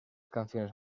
canciones